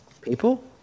People